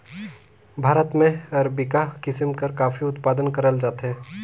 भारत में अरेबिका किसिम कर काफी उत्पादन करल जाथे